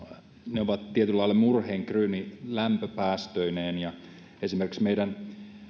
ne ovat tietyllä lailla murheenkryyni lämpöpäästöineen ja esimerkiksi meidän